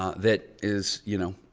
ah that is, you know,